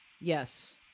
Yes